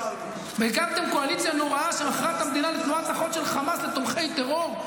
לא, לא, לא יושב-ראש המפלגה שלך עשה, אני,